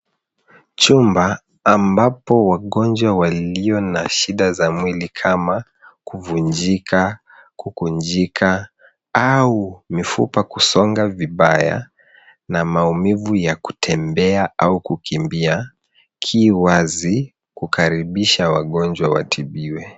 Chumba ambapo wagonjwa walio na shida za mwili kama kuvunjika, kukunjika, au mifupa kusonga vibaya na maumivu ya kutembea au kukimbia, ki wazi kukaribisha wagonjwa watibiwe.